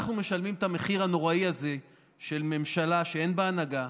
אנחנו משלמים את המחיר הנוראי הזה של ממשלה שאין בה הנהגה,